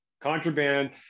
Contraband